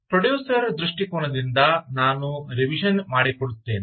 producer ರ ದೃಷ್ಟಿಕೋನದಿಂದ ನಾನು ರಿವಿಜನ್ ಮಾಡಿಕೊಡುತ್ತೇನೆ